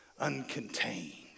uncontained